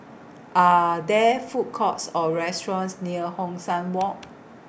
Are There Food Courts Or restaurants near Hong San Walk